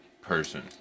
person